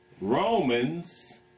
Romans